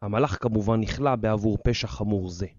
המלאך כמובן נחלה בעבור פשע חמור זה.